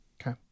okay